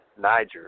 Niger